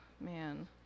man